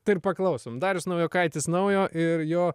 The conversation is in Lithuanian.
tai ir paklausom darius naujokaitis naujo ir jo